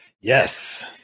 Yes